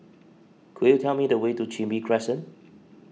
could you tell me the way to Chin Bee Crescent